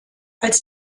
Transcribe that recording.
als